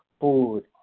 Food